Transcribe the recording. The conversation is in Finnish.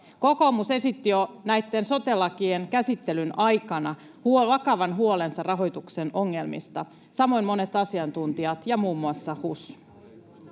Kokoomus esitti jo näitten sote-lakien käsittelyn aikana vakavan huolensa rahoituksen ongelmista, samoin monet asiantuntijat ja muun muassa HUS.